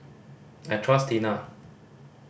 I trust Tena